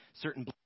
certain